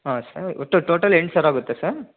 ಹಾಂ ಸರ್ ಒಟ್ಟು ಟೋಟಲ್ ಎಂಟು ಸಾವಿರ ಆಗುತ್ತಾ ಸರ್